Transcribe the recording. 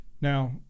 Now